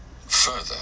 Further